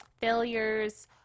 failures